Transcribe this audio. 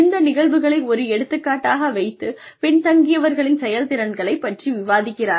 இந்த நிகழ்வுகளை ஒரு எடுத்துக்காட்டாக வைத்து பின்தங்கியவர்களின் செயல்திறனைப் பற்றி விவாதிக்கிறார்கள்